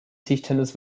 tischtennis